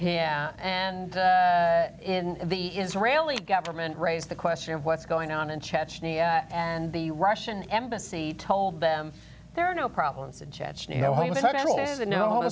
here and in the israeli government raise the question of what's going on in chechnya and the russian embassy told them there are no problems in chechnya